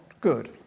good